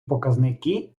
показники